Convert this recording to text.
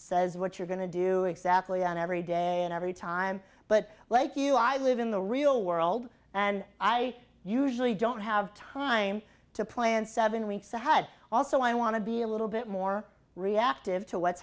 says what you're going to do exactly on every day and every time but like you i live in the real world and i usually don't have time to plan seven weeks ahead also i want to be a little bit more reactive to what's